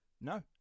No